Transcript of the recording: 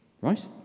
right